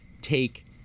take